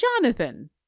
Jonathan